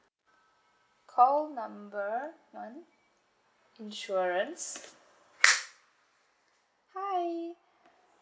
call number one insurance hi